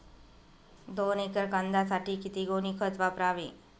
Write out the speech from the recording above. दोन एकर कांद्यासाठी किती गोणी खत वापरावे?